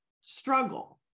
struggle